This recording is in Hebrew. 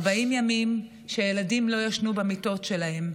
40 ימים שהילדים לא ישנו במיטות שלהם.